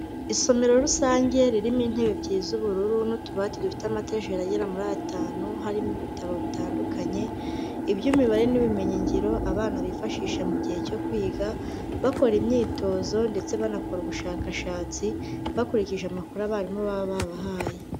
Isomero rusange ririmo intebe ebyiri z'ubururu n'utubati dufite amatajeri agera muri atanu, harimo ibitabo bitandukanye, iby'imibare n'ubumenyingiro, abana bifashisha mu gihe cyo kwiga bakora imyitozo ndetse banakora ubushakashatsi, bakurikije amakuru abarimu baba babahaye.